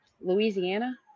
Louisiana